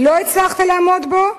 לא הצלחת לעמוד בו?